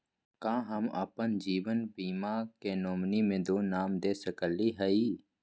का हम अप्पन जीवन बीमा के नॉमिनी में दो नाम दे सकली हई?